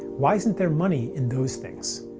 why isn't there money in those things?